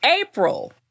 April